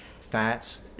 Fats